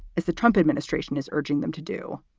is the trump administration is urging them to do.